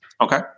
Okay